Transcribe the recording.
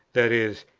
that is,